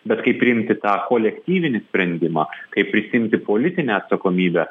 bet kaip priimti tą kolektyvinį sprendimą kaip prisiimti politinę atsakomybę